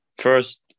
First